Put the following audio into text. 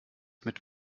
mit